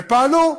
והם פעלו.